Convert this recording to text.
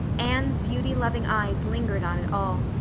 anne's beauty-loving eyes lingered on it all,